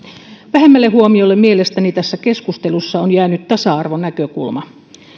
vähemmälle huomiolle mielestäni tässä keskustelussa on jäänyt tasa arvonäkökulma